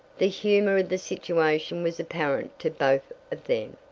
the humor of the situation was apparent to both of them.